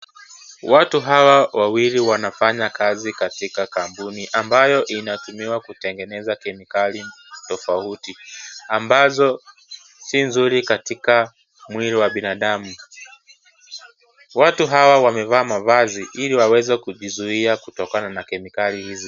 Watu hawa wili wanafanya kazi katika kampuni ambayo inatumiwa kutengeneza kemikali tofauti ambazo si nzuri katika mwili wa binadamu. Watu hawa wamevaa mavazi ili waweze kujizuia kutokana na kemikali hizi.